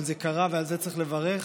אבל זה קרה ועל זה צריך לברך,